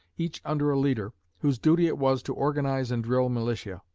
each under a leader, whose duty it was to organize and drill militia.